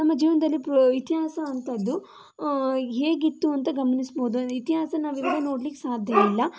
ನಮ್ಮ ಜೀವನದಲ್ಲಿ ಇತಿಹಾಸ ಅಂಥದ್ದು ಹೇಗಿತ್ತು ಅಂತ ಗಮನಿಸ್ಬೋದು ಇತಿಹಾಸ ನಾವು ಇವಾಗ ನೋಡಲಿಕ್ಕೆ ಸಾಧ್ಯ ಇಲ್ಲ